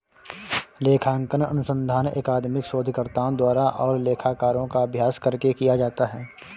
लेखांकन अनुसंधान अकादमिक शोधकर्ताओं द्वारा और लेखाकारों का अभ्यास करके किया जाता है